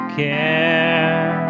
care